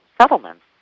settlements